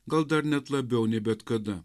gal dar net labiau nei bet kada